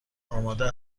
آماده